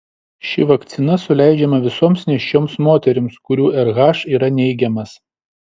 ši vakcina suleidžiama visoms nėščioms moterims kurių rh yra neigiamas